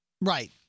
right